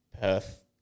Perth